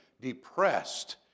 depressed